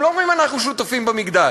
הם לא אומרים: אנחנו שותפים במגדל.